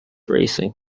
racing